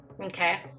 Okay